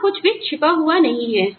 यहां कुछ छिपा हुआ नहीं है